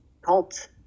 cult